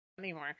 anymore